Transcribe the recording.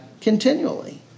continually